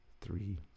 three